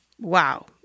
Wow